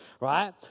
right